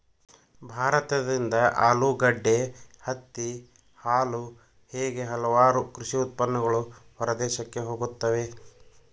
ಭಾರತದಿಂದ ಆಲೂಗಡ್ಡೆ, ಹತ್ತಿ, ಹಾಲು ಹೇಗೆ ಹಲವಾರು ಕೃಷಿ ಉತ್ಪನ್ನಗಳು ಹೊರದೇಶಕ್ಕೆ ಹೋಗುತ್ತವೆ